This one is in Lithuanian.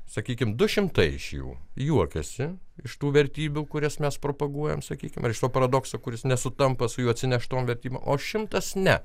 sakykim du šimtai iš jų juokiasi iš tų vertybių kurias mes propaguojam sakykim ar iš to paradokso kuris nesutampa su jo atsineštom vertybėm o šimtas ne